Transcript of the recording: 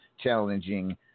challenging